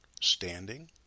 Standing